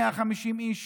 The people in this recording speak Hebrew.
150 איש,